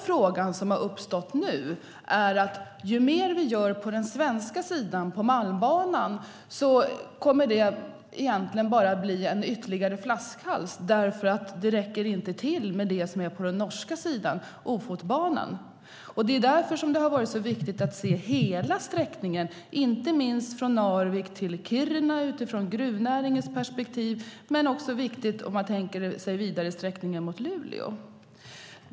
Frågan som har uppstått nu är snarare att ju mer vi gör på Malmbanan på den svenska sidan kommer det bara att bli ytterligare en flaskhals, för det som finns på Ofotbanan på den norska sidan räcker inte till. Det är därför som det har varit så viktigt att se hela sträckningen, inte minst från Narvik till Kiruna utifrån gruvnäringens perspektiv, men också den vidare sträckningen mot Luleå.